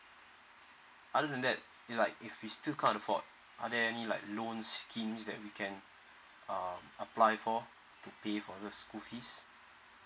other than that is like if we still can't afford i sthere like loans scheme that we can um apply for to pay for the school fees